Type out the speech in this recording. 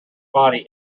body